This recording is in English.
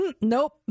nope